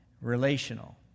Relational